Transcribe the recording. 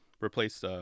replace